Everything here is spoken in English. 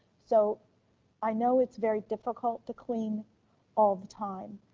so i know it's very difficult to clean all the time.